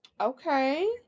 Okay